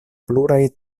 pluraj